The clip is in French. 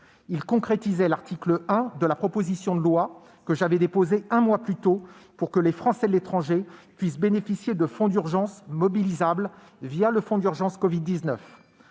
la concrétisation de l'article 1 de la proposition de loi que j'avais déposée un mois plus tôt, afin que les Français de l'étranger puissent bénéficier de fonds d'urgence mobilisables le fonds d'urgence covid-19.